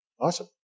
Awesome